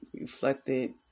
reflected